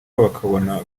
bakabona